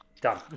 done